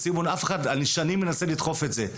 אומר סימון אני שנים מנסה לדחוף את זה.